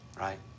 Right